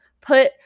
put